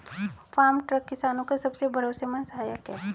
farm truck किसानो का सबसे भरोसेमंद सहायक है